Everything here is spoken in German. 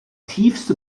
tiefste